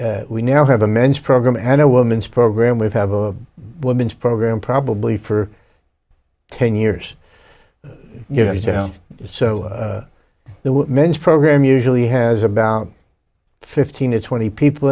we now have a men's program and a woman's program we have a women's program probably for ten years you know so there were men's program usually has about fifteen to twenty people